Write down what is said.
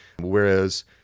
Whereas